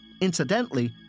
Incidentally